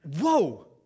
whoa